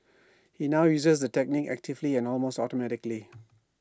he now uses the technique actively and almost automatically